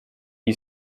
you